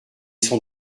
son